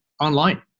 online